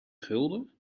gulden